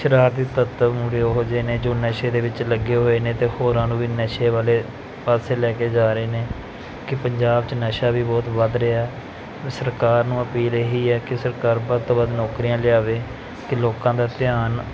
ਸ਼ਰਾਰਤੀ ਤੱਤ ਮੂਹਰੇ ਉਹੋ ਜਿਹੇ ਨੇ ਜੋ ਨਸ਼ੇ ਦੇ ਵਿੱਚ ਲੱਗੇ ਹੋਏ ਨੇ ਅਤੇ ਹੋਰਾਂ ਨੂੰ ਵੀ ਨਸ਼ੇ ਵਾਲੇ ਪਾਸੇ ਲੈ ਕੇ ਜਾ ਰਹੇ ਨੇ ਕਿ ਪੰਜਾਬ 'ਚ ਨਸ਼ਾ ਵੀ ਬਹੁਤ ਵੱਧ ਰਿਹਾ ਸਰਕਾਰ ਨੂੰ ਅਪੀਲ ਇਹੀ ਹੈ ਕਿ ਸਰਕਾਰ ਵੱਧ ਤੋਂ ਵੱਧ ਨੌਕਰੀਆਂ ਲਿਆਵੇ ਕਿ ਲੋਕਾਂ ਦਾ ਧਿਆਨ